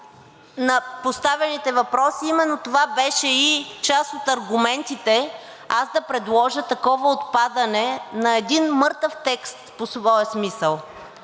на поставените въпроси, именно това бяха и част от аргументите аз да предложа такова отпадане на един мъртъв текст по своя смисъл,